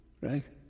right